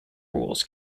rules